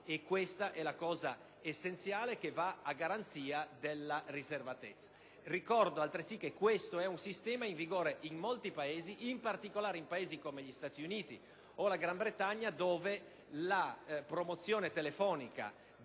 questo è l'aspetto essenziale che garantisce la riservatezza. Ricordo altresì che si tratta di un sistema in vigore in molti Paesi, in particolare negli Stati Uniti e in Gran Bretagna, dove la promozione telefonica